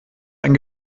ein